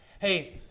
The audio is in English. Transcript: Hey